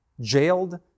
jailed